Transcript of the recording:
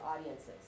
audiences